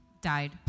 died